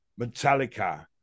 Metallica